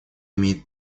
имеет